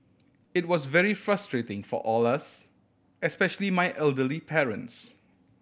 it was very frustrating for all us especially my elderly parents